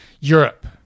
Europe